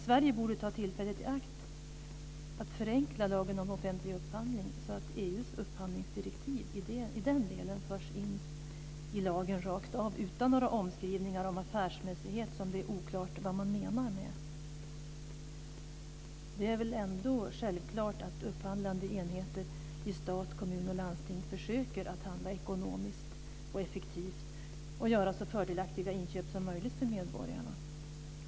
Sverige borde ta tillfället i akt att förenkla lagen om offentlig upphandling, så att EU:s upphandlingsdirektiv i den delen förs in i lagen rakt av, utan några omskrivningar om affärsmässighet. Det är oklart vad man menar med det. Det är väl ändå självklart att upphandlande enheter i stat, kommun och landsting försöker handla ekonomiskt och effektivt och göra så fördelaktiga inköp som möjligt för medborgarna.